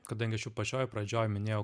kadangi aš jau pačioj pradžioj minėjau